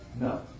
no